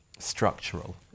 structural